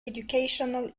educational